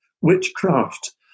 witchcraft